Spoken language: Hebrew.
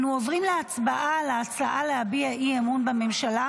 אנו עוברים להצבעה על ההצעה להביע אי-אמון בממשלה,